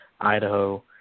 Idaho